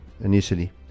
initially